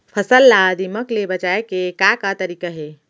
फसल ला दीमक ले बचाये के का का तरीका हे?